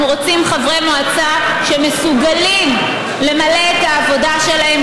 אנחנו רוצים חברי מועצה שמסוגלים למלא את העבודה שלהם,